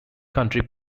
country